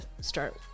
start